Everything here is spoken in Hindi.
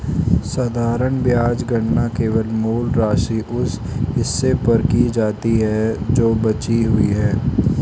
साधारण ब्याज गणना केवल मूल राशि, उस हिस्से पर की जाती है जो बची हुई है